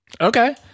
okay